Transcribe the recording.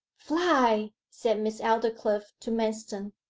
fly! said miss aldclyffe to manston.